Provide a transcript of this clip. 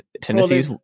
Tennessee's